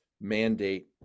mandate